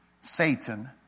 Satan